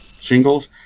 shingles